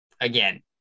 again